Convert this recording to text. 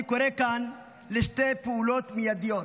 אני קורא כאן לשתי פעולות מיידיות: